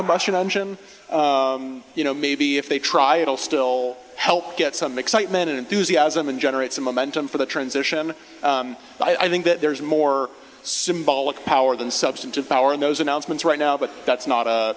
combustion engine you know maybe if they try it'll still help get some excitement and enthusiasm and generate some momentum for the transition but i think that there's more symbolic power than substantive power in those announcements right now but that's not